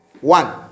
one